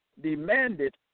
demanded